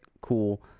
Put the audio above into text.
Cool